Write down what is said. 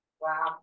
Wow